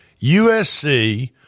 USC